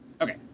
Okay